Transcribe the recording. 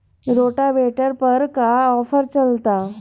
Rotavator पर का offer चलता?